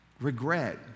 Regret